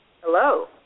Hello